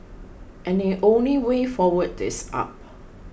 and the only way forward is up